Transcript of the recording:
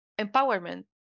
empowerment